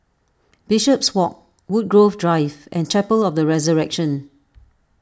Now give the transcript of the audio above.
Bishopswalk Woodgrove Drive and Chapel of the Resurrection